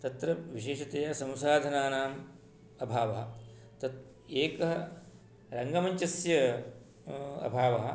तत्र विशेषतया संसाधनानाम् अभावः तत् एकः रङ्गमञ्चस्य अभावः